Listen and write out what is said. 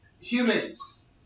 Humans